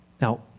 Now